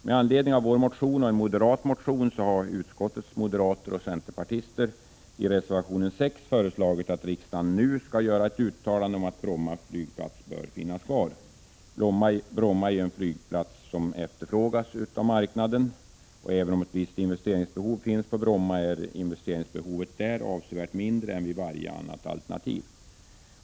Med anledning av vår motion och en moderat motion har utskottets moderater och centerpartister i reservation 6 föreslagit att riksdagen nu skall göra ett uttalande om att Bromma flygplats bör finnas kvar. Bromma är en flygplats som efterfrågas av marknaden. Även om ett visst investeringsbehov finns på Bromma är det avsevärt mindre än vid varje annat alternativ.